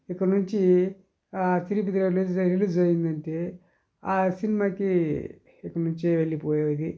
ఇక నుంచి release release అయ్యిందంటే ఆ సినిమాకి ఇక్కడి నుంచే వెళ్ళిపోయేది